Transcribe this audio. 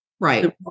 right